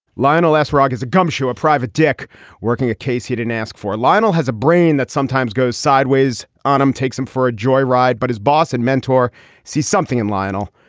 lionel last rock is a gumshoe a private dick working a case he didn't ask for. lionel has a brain that sometimes goes sideways on him takes him for a joy ride but his boss and mentor see something in lionel.